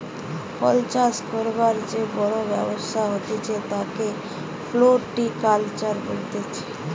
ফল চাষ করবার যে বড় ব্যবসা হতিছে তাকে ফ্রুটিকালচার বলতিছে